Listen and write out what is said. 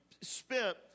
spent